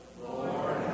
Lord